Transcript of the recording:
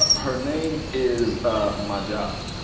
ah her name is my job.